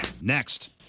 Next